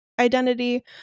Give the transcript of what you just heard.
identity